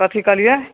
कथी कहलिए